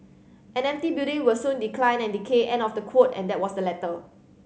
an empty building will soon decline and decay end of the quote and that was the letter